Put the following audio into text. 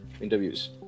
interviews